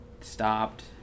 stopped